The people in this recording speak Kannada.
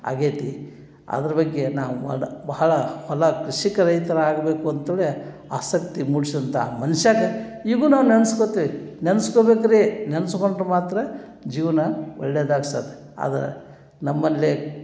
ಆಗೈತಿ ಅದ್ರ ಬಗ್ಗೆ ನಾವು ಆಡೋ ಬಹಳ ಹೊಲ ಕೃಷಿಕ ರೈತ್ರು ಆಗಬೇಕು ಅಂಥೇಳಿ ಆಸಕ್ತಿ ಮೂಡ್ಸುವಂಥ ಮನಸಾಗ ಈಗ್ಲೂ ನಾನಿ ನೆನ್ಸ್ಕೊಳ್ತೆ ನೆನ್ಸ್ಕೊಳ್ಬೇಕಾದ್ರೆ ನೆನ್ಸ್ಕೊಂಡ್ರೆ ಮಾತ್ರ ಜೀವನ ಒಳ್ಳೇದು ಆಗ್ಸಾತ್ ಅದು ನಮ್ಮಲ್ಲೇ